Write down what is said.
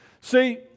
See